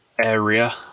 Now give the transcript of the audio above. Area